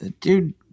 Dude